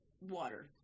Water